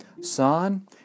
Son